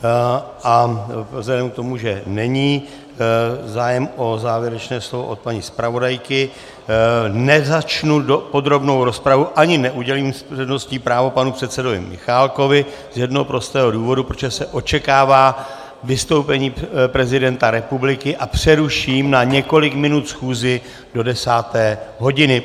Vzhledem k tomu, že není zájem o závěrečné slovo od paní zpravodajky, nezačnu podrobnou rozpravu ani neudělím přednostní právo panu předsedovi Michálkovi z jednoho prostého důvodu, protože se očekává vystoupení prezidenta republiky, a přeruším na několik minut schůzi do desáté hodiny.